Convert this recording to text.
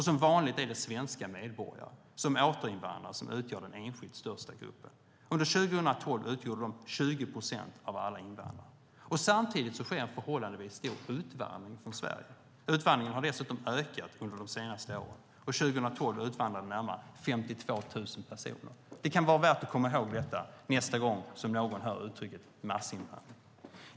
Som vanligt är det återinvandrande svenska medborgare som utgör den enskilt största gruppen. Under 2012 utgjorde dessa 20 procent av alla invandrare. Samtidigt sker en förhållandevis stor utvandring från Sverige. Utvandringen har dessutom ökat under de senaste åren. År 2012 utvandrade närmare 52 000 personer. Det kan vara värt att komma ihåg detta nästa gång man hör uttrycket "massinvandring".